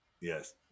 Yes